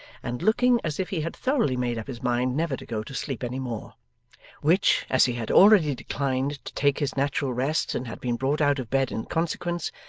and looking as if he had thoroughly made up his mind never to go to sleep any more which, as he had already declined to take his natural rest and had been brought out of bed in consequence,